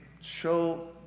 show